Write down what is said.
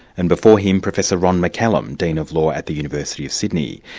and before him, professor ron mccallum, dean of law at the university of sydney.